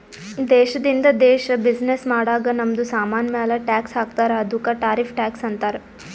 ದೇಶದಿಂದ ದೇಶ್ ಬಿಸಿನ್ನೆಸ್ ಮಾಡಾಗ್ ನಮ್ದು ಸಾಮಾನ್ ಮ್ಯಾಲ ಟ್ಯಾಕ್ಸ್ ಹಾಕ್ತಾರ್ ಅದ್ದುಕ ಟಾರಿಫ್ ಟ್ಯಾಕ್ಸ್ ಅಂತಾರ್